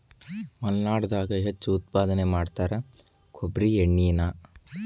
ಮಲ್ನಾಡದಾಗ ಹೆಚ್ಚು ಉತ್ಪಾದನೆ ಮಾಡತಾರ ಕೊಬ್ಬ್ರಿ ಎಣ್ಣಿನಾ